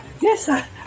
yes